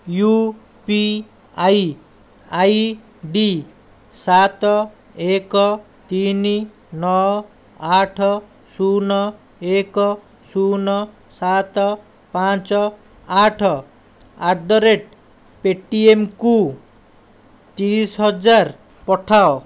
you P I I D ସାତ ଏକ ତିନି ନଅ ଆଠ ଶୂନ ଏକ ଶୂନ ସାତ ପାଞ୍ଚ ଆଠ ଆଟ୍ ଦ ରେଟ୍ ପେଟିଏମ୍କୁ ତିରିଶ ହଜାର ପଠାଅ